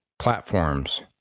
platforms